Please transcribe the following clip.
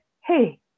hey